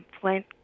Flint